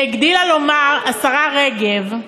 והגדילה לומר השרה רגב,